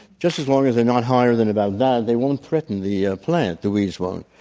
just as long as they're not higher than about that, they won't threaten the ah plants, the weeds won't